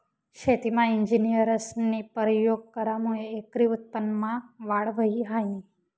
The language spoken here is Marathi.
शेतीमा इंजिनियरस्नी परयोग करामुये एकरी उत्पन्नमा वाढ व्हयी ह्रायनी